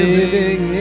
Living